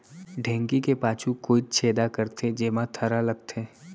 ढेंकी के पाछू कोइत छेदा करथे, जेमा थरा लगथे